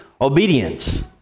obedience